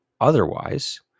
Otherwise